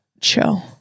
chill